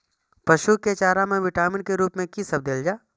पशु के चारा में विटामिन के रूप में कि सब देल जा?